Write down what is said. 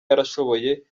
yarashoboye